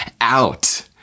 out